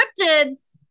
cryptids